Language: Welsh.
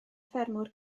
ffermwyr